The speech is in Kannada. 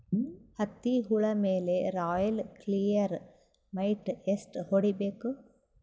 ಹತ್ತಿ ಹುಳ ಮೇಲೆ ರಾಯಲ್ ಕ್ಲಿಯರ್ ಮೈಟ್ ಎಷ್ಟ ಹೊಡಿಬೇಕು?